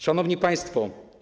Szanowni Państwo!